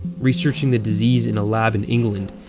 researching the disease in a lab in england,